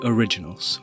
Originals